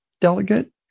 Delegate